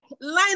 line